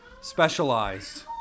specialized